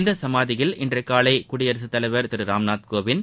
இந்த சமாதியில் இன்று காலை குடியரசு தலைவர் திரு ராம்நாத் கோவிந்த்